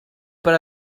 per